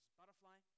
butterfly